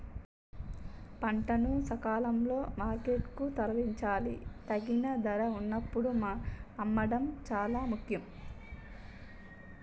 పంటను సకాలంలో మార్కెట్ కు తరలించాలి, తగిన ధర వున్నప్పుడు అమ్మడం చాలా ముఖ్యం